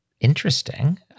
Interesting